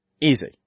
Easy